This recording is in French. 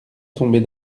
tomber